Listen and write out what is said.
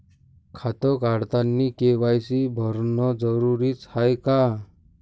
खातं काढतानी के.वाय.सी भरनं जरुरीच हाय का?